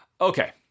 Okay